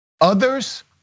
Others